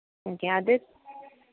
okay അത്